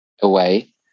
away